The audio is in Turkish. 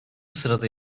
sırada